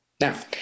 Now